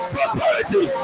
Prosperity